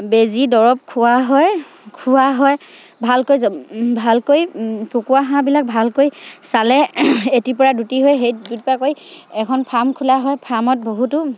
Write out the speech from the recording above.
বেজী দৰৱ খোৱা হয় খোৱা হয় ভালকৈ ভালকৈ কুকুৰা হাঁহবিলাক ভালকৈ চালে এটিৰ পৰা দুুটি হৈ সেই দুটাকৈ এখন ফাৰ্ম খোলা হয় ফাৰ্মত বহুতো